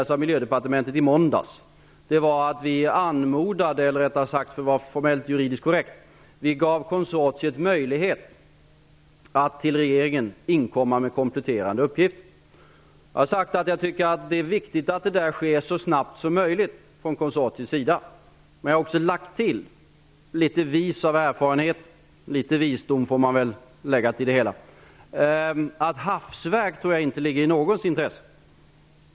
Då gav vi konsortiet möjlighet att till regeringen inkomma med kompletterande uppgifter -- och jag tror att detta beslut expedierades av Miljödepartementet i måndags. Jag har sagt att jag tycker att det är viktigt att detta sker så snabbt som möjligt från konsortiets sida. Men jag har också lagt till, litet vis av erfarenhet, -- litet visdom får man väl lägga till det hela -- att jag tror att hafsverk inte ligger i någons intresse.